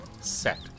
set